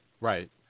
Right